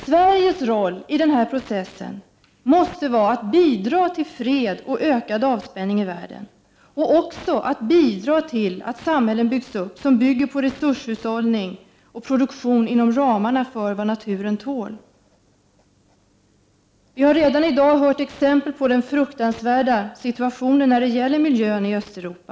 Sveriges roll i denna process måste vara att bidra till fred och ökad avspänning i världen och även att bidra till att samhällen byggs upp som grundar sig på resurshushållning och produktion inom ramarna för vad naturen tål. Vi har redan i dag hört exempel på hur fruktansvärd situationen är när det gäller miljön i Östeuropa.